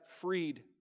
freed